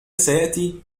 سيأتي